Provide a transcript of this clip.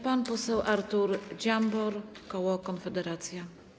Pan poseł Artur Dziambor, koło Konfederacja.